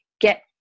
get